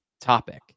topic